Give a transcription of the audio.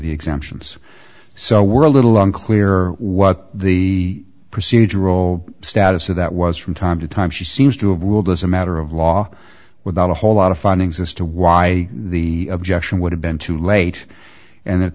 the exemptions so we're a little unclear what the procedural status of that was from time to time she seems to have ruled as a matter of law without a whole lot of findings as to why the objection would have been too late and at